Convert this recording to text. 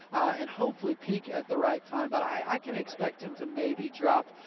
and hopefully peak at the right time, but i can expect him to maybe drop